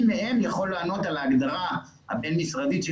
מי מהם יכול לענות על ההגדרה הבין-משרדית של